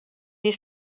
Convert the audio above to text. wie